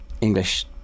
English